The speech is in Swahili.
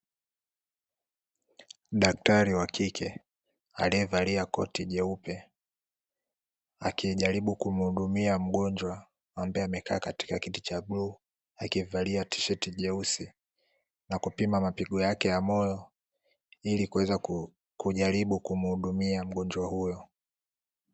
Daktari wa kike alievalia koti jeupe akijaribu kumuhudumia mgonjwa ambae amekaa katika kiti cha buluu akivalia fulana jeusi, na kupima mapigo yake ya moyo ili kuweza kujaribu kumuhudumia mgonjwa huyo.